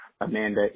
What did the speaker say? Amanda